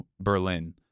Berlin